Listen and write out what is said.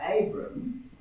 Abram